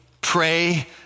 pray